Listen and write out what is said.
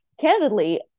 candidly